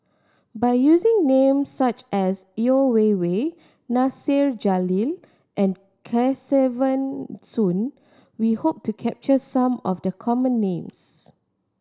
by using names such as Yeo Wei Wei Nasir Jalil and Kesavan Soon we hope to capture some of the common names